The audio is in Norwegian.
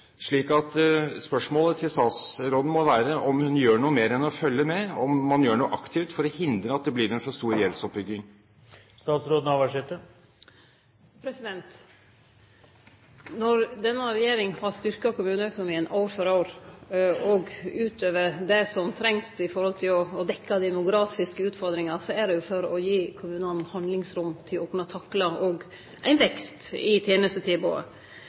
spørsmålet til statsråden må være om hun gjør noe mer enn å følge med, om man gjør noe aktivt for å hindre at det blir en for stor gjeldsoppbygging. Når denne regjeringa har styrkt kommuneøkonomien år for år utover det som trengst i høve til å dekkje demografiske utfordringar, er det for å gi kommunane handlingsrom til å kunne takle ein vekst i